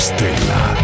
Stella